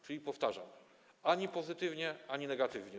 Czyli powtarzam - ani pozytywnie, ani negatywnie.